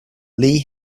lee